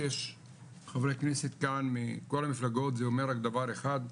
אז זה שיש חברי כנסת כאן מכל המפלגות זה אומר רק דבר אחד,